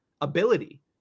ability